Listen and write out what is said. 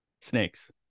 snakes